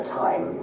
time